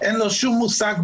אין לו שום מושג.